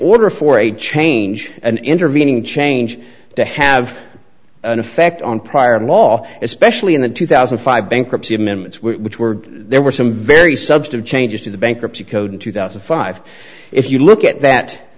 order for a change an intervening change to have an effect on prior law especially in the two thousand and five bankruptcy amendments were which were there were some very subject of changes to the bankruptcy code in two thousand and five if you look at that